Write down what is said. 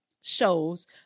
shows